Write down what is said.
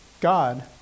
God